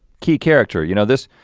key character. you know this,